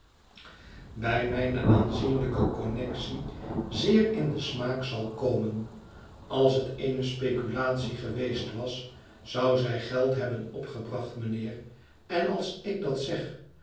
bij mijne aanzienlijke connectie zeer in den smaak zal komen als het eene speculatie geweest was zou zij geld hebben opgebracht mijnheer en als ik dat zeg